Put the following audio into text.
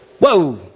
Whoa